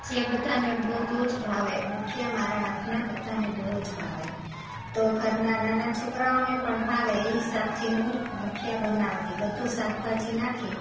જે બધાને બહુ જ ભાવે મુઠીયા મારા હાથનાં બધાને બહુ જ ભાવે તો ઘરનાં નાના છોકરાઓને પણ ભાવે એ હિસાબથી હું મુઠીયા બનાવતી બધું શાકભાજી નાખી